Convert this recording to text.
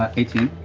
ah eighteen.